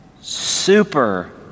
super